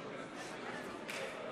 הכנסת,